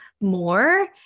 more